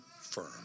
firm